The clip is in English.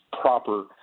proper